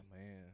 man